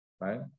right